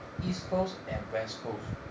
east coast and west coast